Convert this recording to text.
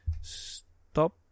Stop